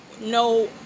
no